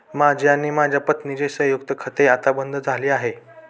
माझे आणि माझ्या पत्नीचे संयुक्त खाते आता बंद झाले आहे